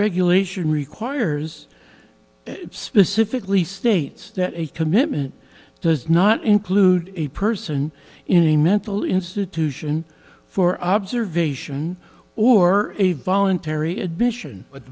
regulation requires specifically states that a commitment does not include a person in a mental institution for observation or a voluntary admission but